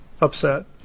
upset